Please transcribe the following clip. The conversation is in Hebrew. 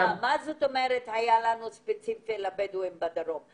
מה זאת אומרת "היה לנו ספציפי לבדואים בדרום"?